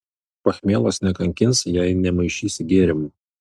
pachmielas nekankins jei nemaišysi gėrimų